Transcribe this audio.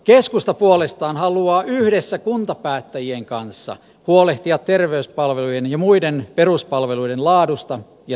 keskusta puolestaan haluaa yhdessä kuntapäättäjien kanssa huolehtia terveyspalvelujen ja muiden peruspalveluiden laadusta ja saatavuudesta